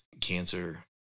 cancer